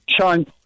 Sean